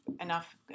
enough